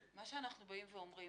מה שאנחנו אומרים,